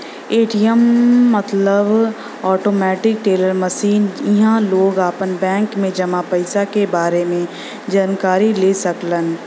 ATM मतलब automatic teller machine इहां लोग आपन बैंक में जमा पइसा क बारे में जानकारी ले सकलन